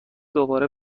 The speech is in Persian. دوباره